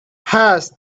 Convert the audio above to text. passed